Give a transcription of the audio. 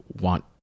want